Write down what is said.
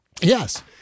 Yes